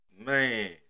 man